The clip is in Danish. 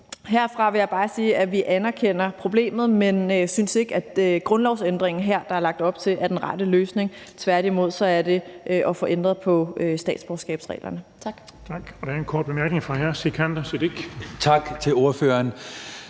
herfra vil jeg bare sige, at vi anerkender problemet, men vi synes ikke, at grundlovsændringen, der er lagt op til her, er den rette løsning. Tværtimod er det at få ændret på statsborgerskabsreglerne. Tak.